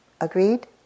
Agreed